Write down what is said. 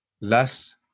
Less